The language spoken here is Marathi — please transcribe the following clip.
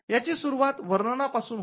याची सुरुवात वर्णना पासून होते